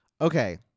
Okay